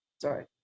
Sorry